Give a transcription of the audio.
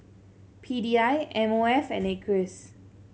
P D I M O F and Acres